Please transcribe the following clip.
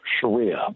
sharia